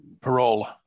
parole